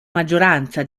maggioranza